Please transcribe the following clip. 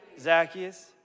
Zacchaeus